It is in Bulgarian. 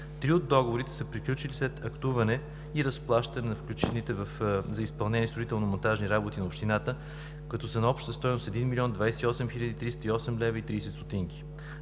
Три от договорите са приключили след актуване и разплащане на включените за изпълнение строително-монтажни работи на общината, които са на обща стойност 1 млн. 28 хил. 308 лв. и 30 ст.